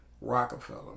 Rockefeller